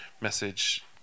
message